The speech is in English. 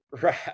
Right